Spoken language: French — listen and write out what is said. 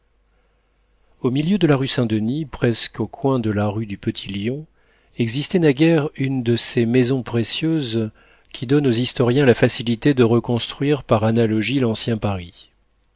au milieu de la rue saint-denis presque au coin de la rue du petit lion existait naguère une de ces maisons précieuses qui donnent aux historiens la facilité de reconstruire par analogie l'ancien paris